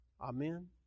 Amen